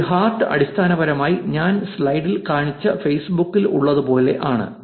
ഒരു ഹാർട്ട് അടിസ്ഥാനപരമായി ഞാൻ സ്ലൈഡിൽ കാണിച്ച ഫേസ്ബുക്കിൽ ഉള്ളത് പോലെ ആണ്